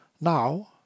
Now